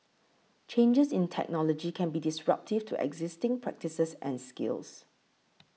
changes in technology can be disruptive to existing practices and skills